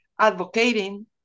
advocating